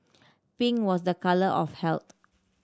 pink was the colour of health